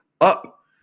up